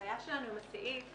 הבעיה שלנו עם הסעיף היא